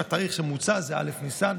התאריך שמוצע זה א' בניסן.